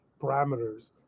parameters